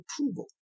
approval